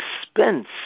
expense